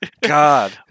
god